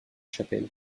chapelle